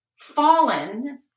fallen